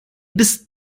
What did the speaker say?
bist